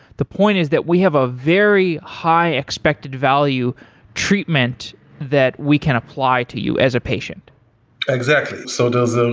the point is that we have a very high expected value treatment that we can apply to you as a patient exactly. so there's really